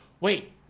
Wait